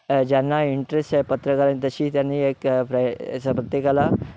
ज्यांना इंटरेस्ट आहे पत्रकार आहे तशी त्यांनी एक प्र अस प्रत्येकाला